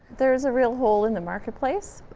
there is a real hole in the marketplace.